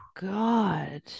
God